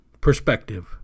Perspective